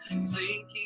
sinking